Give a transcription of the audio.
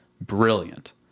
brilliant